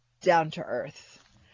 down-to-earth